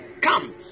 come